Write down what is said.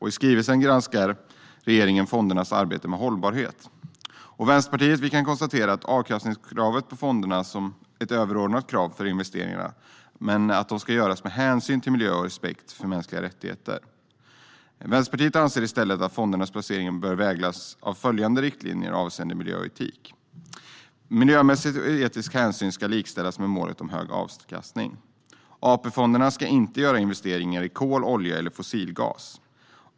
I skrivelsen granskar regeringen fondernas arbete med ha°llbarhet. Vi i Va ̈nsterpartiet konstaterar att avkastningskravet pa° fonderna a ̈r ett o ̈verordnat krav på investeringarna men att investeringarna ska go ̈ras med ha ̈nsyn till miljo ̈ och respekt fo ̈r ma ̈nskliga ra ̈ttigheter. Va ̈nsterpartiet anser i sta ̈llet att fondernas placeringar bo ̈r va ̈gledas av fo ̈ljande riktlinjer avseende miljo ̈ och etik: Miljo ̈ma ̈ssiga och etiska ha ̈nsyn ska liksta ̈llas med ma°let om ho ̈g avkastning. AP-fonderna ska inte investera i kol, olja eller fossilgas.